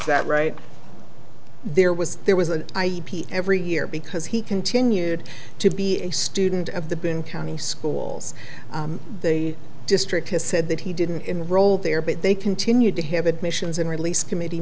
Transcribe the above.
that right there was there was an i e d every year because he continued to be a student of the bin county schools the district has said that he didn't enroll there but they continued to have admissions and release committee